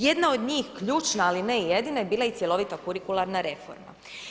Jedna od njih ključna ali ne i jedina bila je cjelovita kurikuralna reforma.